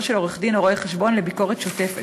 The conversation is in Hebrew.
של עורך-דין או רואה-חשבון לביקורת שוטפת,